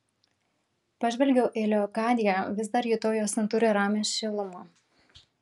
pažvelgiau į leokadiją vis dar jutau jos santūrią ramią šilumą